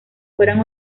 fueran